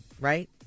right